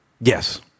Yes